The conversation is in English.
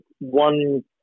one